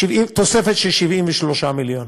תוספת של 73 מיליון.